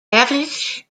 erich